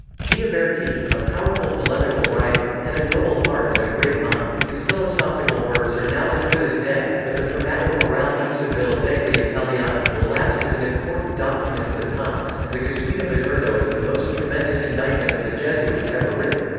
gioberti, a powerful polemical writer, had a noble heart and a great mind his philosophical works are now as good as dead, but the primato morale e civile degli italiani will last as an important document of the times, and the gesuita moderno is the most tremendous indictment of the jesuits ever written.